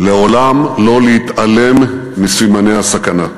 לעולם לא להתעלם מסימני הסכנה.